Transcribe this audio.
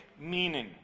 meaning